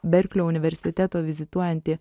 berklio universiteto vizituojanti